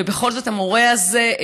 ובכל זאת המורה הזה,